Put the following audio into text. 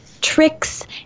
tricks